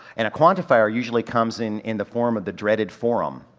and a quantifier usually comes in, in the form of the dreaded forum,